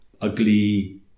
ugly